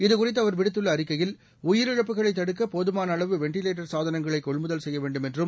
இதுகுறித்து அவர் விடுத்துள்ள அறிக்கையில் உயிரிழப்புகளை தடுக்க போதுமான அளவு வெண்டிலேட்டா சாதனங்களை கொள்முதல் செய்ய வேண்டும் என்றும்